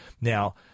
Now